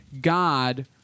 God